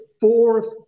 fourth